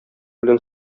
белән